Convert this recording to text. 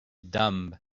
dumb